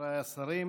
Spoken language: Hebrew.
חבריי השרים,